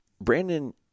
Brandon